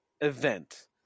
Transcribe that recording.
event